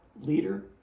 leader